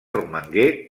romangué